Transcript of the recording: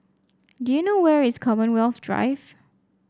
do you know where is Commonwealth Drive